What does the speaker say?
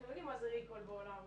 אתם יודעים מה זה recall בעולם המוצרים.